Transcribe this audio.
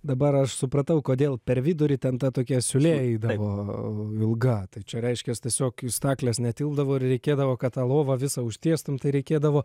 dabar aš supratau kodėl per vidurį ten ta tokia siūlė eidavo ilga tai čia reiškias tiesiog į stakles netilpdavo ir reikėdavo kad tą lovą visą užtiestum tai reikėdavo